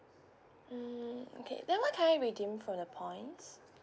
mm okay then what can I redeem for the points